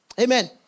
Amen